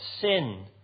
sin